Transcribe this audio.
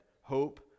hope